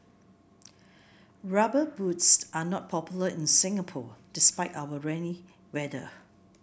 rubber boots are not popular in Singapore despite our rainy weather